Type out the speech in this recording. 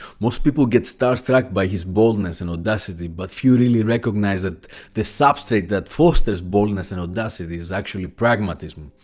most people get star-struck by his boldness and audacity, but few really recognize that the substrate that fosters boldness and audacity is, actually, pragmatism.